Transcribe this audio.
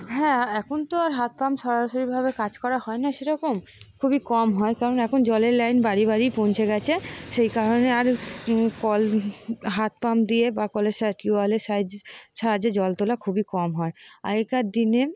হ্যাঁ এখন তো আর হাত পাম্প সরাসরিভাবে কাজ করা হয় না সেরকম খুবই কম হয় কারণ এখন জলের লাইন বাড়ি বাড়ি পৌঁছে গিয়েছে সেই কারণে আর কল হাত পাম্প দিয়ে বা কলের সা টিউবওয়েলের সাহায্যে সাহায্যে জল তোলা খুবই কম হয় আগেকার দিনে